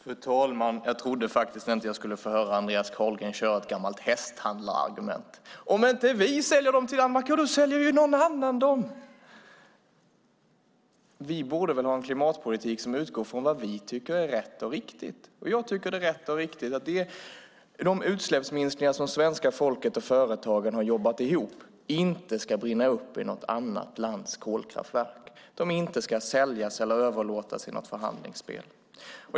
Fru talman! Jag trodde inte att jag skulle få höra Andreas Carlgren använda ett gammalt hästhandlarargument: Om inte vi säljer dem till Danmark så säljer ju någon annan dem! Vi borde väl ha en klimatpolitik som utgår från vad vi tycker är rätt och riktigt? Jag tycker att det är rätt och riktigt att de utsläppsminskningar som svenska folket och företagen har jobbat ihop inte ska brinna upp i ett annat lands kolkraftverk och inte säljas eller överlåtas i något förhandlingsspel.